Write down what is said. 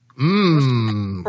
Mmm